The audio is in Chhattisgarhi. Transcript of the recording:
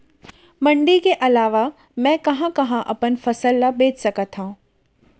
मण्डी के अलावा मैं कहाँ कहाँ अपन फसल ला बेच सकत हँव?